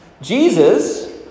Jesus